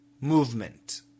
movement